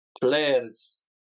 players